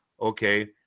Okay